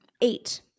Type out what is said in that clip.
Eight